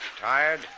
Tired